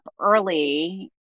early